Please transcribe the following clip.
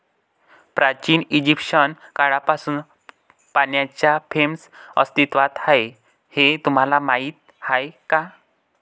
प्राचीन इजिप्शियन काळापासून पाण्याच्या फ्रेम्स अस्तित्वात आहेत हे तुम्हाला माहीत आहे का?